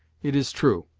it is true,